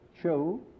show